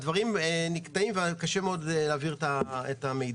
הדברים נקטעים וקשה להעביר את המידע.